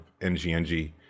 NGNG